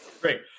Great